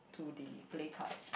to the play cards